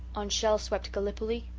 on shell-swept gallipoli?